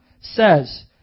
says